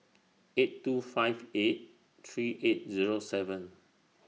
eight two five eight three eight Zero seven